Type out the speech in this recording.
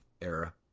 era